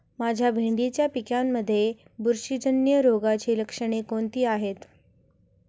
माझ्या भेंडीच्या पिकामध्ये बुरशीजन्य रोगाची लक्षणे कोणती आहेत?